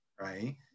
Right